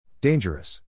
Dangerous